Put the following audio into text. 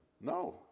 No